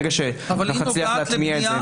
כרגע זה בטיוטות סופיות.